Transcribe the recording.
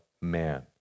man